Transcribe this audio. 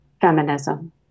feminism